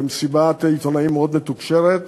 במסיבת עיתונאים מאוד מתוקשרת,